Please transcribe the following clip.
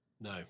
No